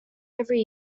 every